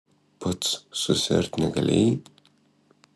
pats susiart negalėjai